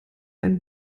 ein